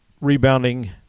rebounding